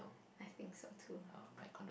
I think so too